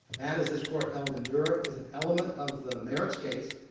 that, as this court held in dura, is an element of the merits case.